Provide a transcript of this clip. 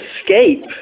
escape